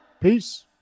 Peace